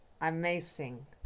Amazing